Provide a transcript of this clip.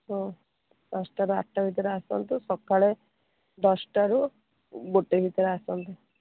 ହୁଁ ପାଞ୍ଚଟାରୁ ଆଠଟା ଭିତରେ ଆସନ୍ତୁ ସକାଳେ ଦଶଟାରୁ ଗୋଟେ ଭିତରେ ଆସନ୍ତୁ